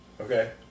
Okay